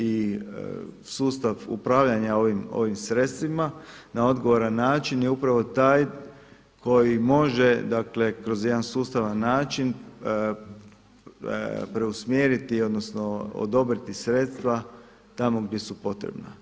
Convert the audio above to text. I sustav upravljanja ovim sredstvima na odgovoran način je upravo taj koji može dakle kroz jedan sustavan način preusmjeriti odnosno odobriti sredstva tamo gdje su potrebna.